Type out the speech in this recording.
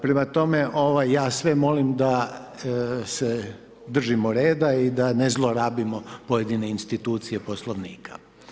Prema tome, ovaj, ja sve molim da se držimo reda i da ne zlorabimo pojedine institucije Poslovnika.